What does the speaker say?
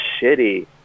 shitty